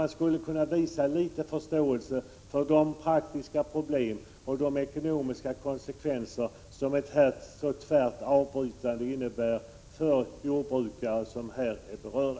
Man skulle kunna visa litet förståelse för de praktiska problem och ekonomiska konsekvenser som ett tvärt avbrytande innebär för de berörda jordbrukarna.